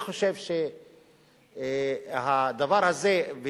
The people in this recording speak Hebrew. אני חושב שהדבר הזה,